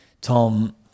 Tom